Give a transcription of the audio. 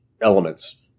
elements